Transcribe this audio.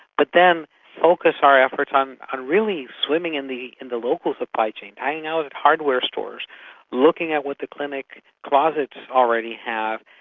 but then focus our efforts on on really swimming in the in the local supply chain hanging out at hardware stores looking at what the clinic closets already have,